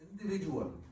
individual